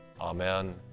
Amen